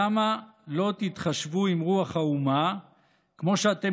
למה לא תתחשבו עם רוח האומה כמו שאתם